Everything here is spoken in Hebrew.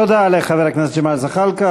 תודה לחבר הכנסת ג'מאל זחאלקה.